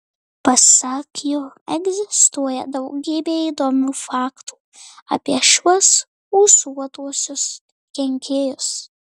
pasak jo egzistuoja daugybė įdomių faktų apie šiuos ūsuotuosius kenkėjus